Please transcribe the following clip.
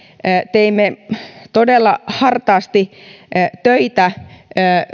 teimme todella hartaasti töitä